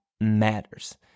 matters